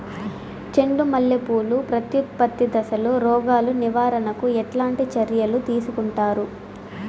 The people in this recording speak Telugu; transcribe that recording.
చెండు మల్లె పూలు ప్రత్యుత్పత్తి దశలో రోగాలు నివారణకు ఎట్లాంటి చర్యలు తీసుకుంటారు?